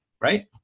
right